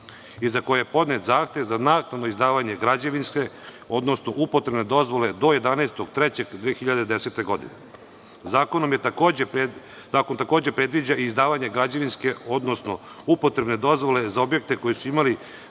za koje je podnet zahtev za naknadno izdavanje građevinske, odnosno upotrebne dozvole do 11.3.2010. godine. Zakon takođe predviđa izdavanje građevinske, odnosno upotrebne dozvole za objekte koji su imali